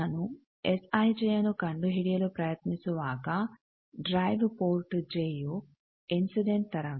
ನಾನು S IJ ಯನ್ನು ಕಂಡುಹಿಡಿಯಲು ಪ್ರಯತ್ನಿಸುವಾಗ ಡ್ರೈವ್ ಪೋರ್ಟ್ ಜೆ ಯು ಇನ್ಸಿಡೆಂಟ್ ತರಂಗ